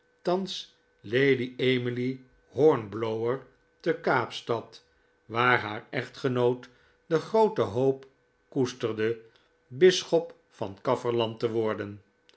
lady emily hornblower te kaapstad waar haar echtgenoot de groote hoop koesterde bisschop van